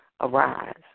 arise